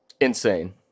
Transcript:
insane